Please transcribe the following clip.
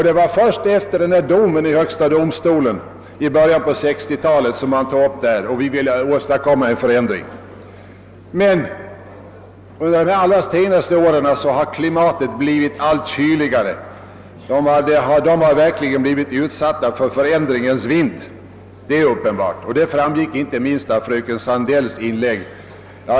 Det var först efter domen i högsta domstolen i början på 1960-talet som frågan togs upp i riksdagen. Vi ville då åstadkomma en förändring. Men under de allra senaste åren har klimatet blivit allt kyligare; skrivbyråerna har verkligen blivit utsatta för förändringens vind, det är uppenbart. Detta framgick inte minst av fröken Sandells inlägg.